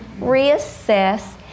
reassess